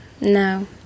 no